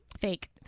fake